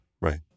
Right